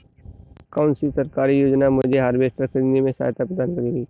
कौन सी सरकारी योजना मुझे हार्वेस्टर ख़रीदने में सहायता प्रदान करेगी?